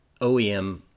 OEM